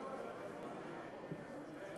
ללא הבדל גזע,